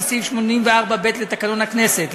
לפי סעיף 84(ב) לתקנון הכנסת,